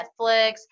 Netflix